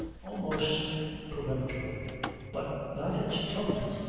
almost peremptory but not its tone.